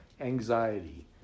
anxiety